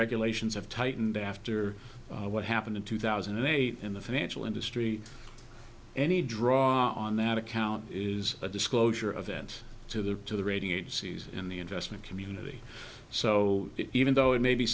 regulations have tightened after what happened in two thousand and eight in the financial industry any draw on that account is a disclosure of that to the to the rating agencies in the investment community so even though it may be